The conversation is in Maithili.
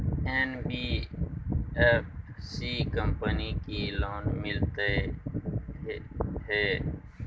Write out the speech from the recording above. एन.बी.एफ.सी कंपनी की लोन मिलते है?